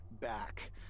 back